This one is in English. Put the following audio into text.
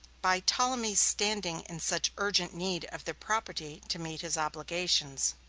by ptolemy's standing in such urgent need of their property to meet his obligations.